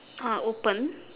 ah open